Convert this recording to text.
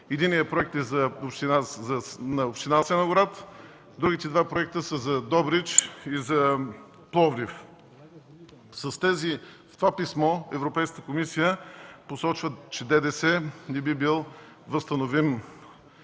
Единият от проектите е за община Асеновград, другите два проекта са за градовете Добрич и Пловдив. В това писмо Европейската комисия посочва, че ДДС не би бил възстановим.